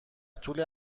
طول